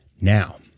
Now